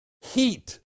Heat